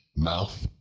mouth,